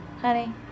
Honey